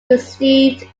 received